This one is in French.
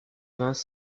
vingts